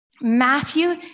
Matthew